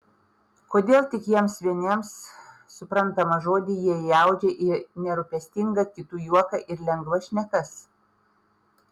kodėl tik jiems vieniems suprantamą žodį jie įaudžia į nerūpestingą kitų juoką ir lengvas šnekas